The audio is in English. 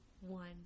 one